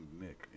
Nick